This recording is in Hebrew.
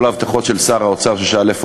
כל ההבטחות של שר האוצר ששאל "איפה